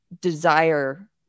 desire